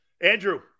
Andrew